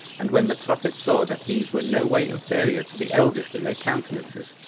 and when the prophet saw that these were no way inferior to the eldest in their countenances,